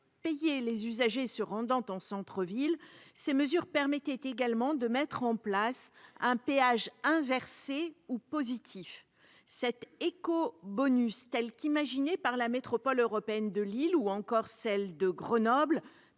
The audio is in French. payer les usagers se rendant en centre-ville, ces mesures permettaient également de mettre en place un péage « inversé » ou « positif ». Cet « écobonus », tel qu'imaginé par la Métropole européenne de Lille ou encore la métropole de Grenoble,